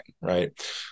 right